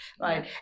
right